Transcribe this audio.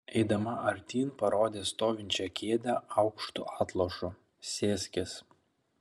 eidama artyn parodė stovinčią kėdę aukštu atlošu sėskis